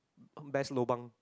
best lobang